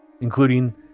including